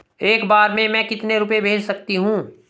एक बार में मैं कितने रुपये भेज सकती हूँ?